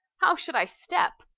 how should i step,